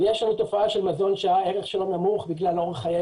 יש לנו תופעה של מזון שהערך שלו נמוך בגלל אורך חייו,